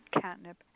catnip